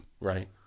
Right